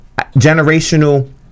generational